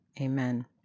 Amen